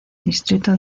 distrito